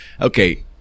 okay